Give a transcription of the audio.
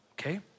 okay